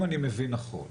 אם אני מבין נכון,